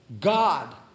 God